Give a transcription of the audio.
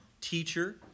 teacher